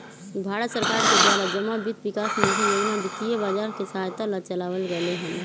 भारत सरकार के द्वारा जमा वित्त विकास निधि योजना वित्तीय बाजार के सहायता ला चलावल गयले हल